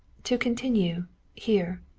to continue here.